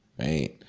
right